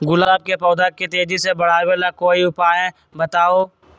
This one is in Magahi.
गुलाब के पौधा के तेजी से बढ़ावे ला कोई उपाये बताउ?